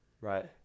Right